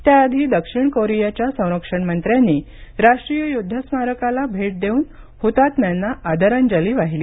त्याआधी दक्षिण कोरियाच्या संरक्षण मंत्र्यांनी राष्ट्रीय युद्ध स्मारकाला भेट देऊन हुतात्म्यांना श्रद्धांजली वाहिली